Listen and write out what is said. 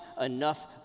enough